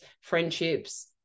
friendships